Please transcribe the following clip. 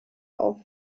auf